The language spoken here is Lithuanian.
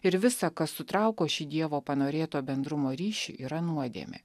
ir visa kas sutrauko šį dievo panorėtą bendrumo ryšį yra nuodėmė